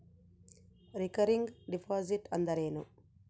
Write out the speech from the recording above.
Recurring deposit ಅಂದರೇನು?